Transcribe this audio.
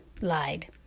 lied